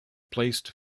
placed